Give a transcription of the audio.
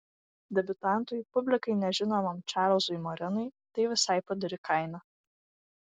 debiutantui publikai nežinomam čarlzui morenui tai visai padori kaina